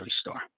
store